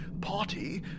party